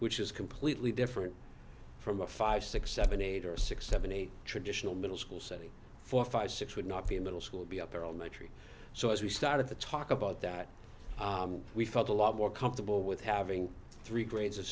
which is completely different from a five six seven eight or six seven eight traditional middle school setting four five six would not be middle school be up there on the tree so as we started to talk about that we felt a lot more comfortable with having three grades of